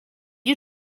you